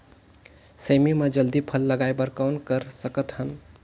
सेमी म जल्दी फल लगाय बर कौन कर सकत हन?